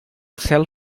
cel